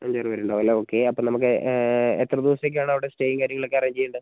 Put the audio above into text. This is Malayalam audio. അഞ്ച് ആറ് പേര് ഉണ്ടാവും അല്ലേ ഓക്കെ അപ്പം നമക്ക് എത്ര ദിവസത്തേക്ക് ആണ് അവിടെ സ്റ്റേയും കാര്യങ്ങളൊക്കെ അറേഞ്ച് ചെയ്യേണ്ടത്